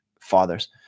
fathers